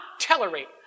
tolerate